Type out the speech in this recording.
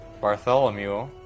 Bartholomew